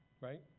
Right